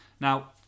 now